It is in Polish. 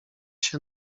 się